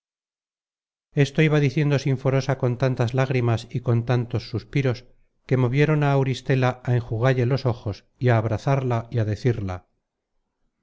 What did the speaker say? esto iba diciendo sinforosa con tantas lágrimas y con tantos suspiros que movieron á auristela á enjugalle los ojos y á abrazarla y á decirla